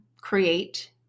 create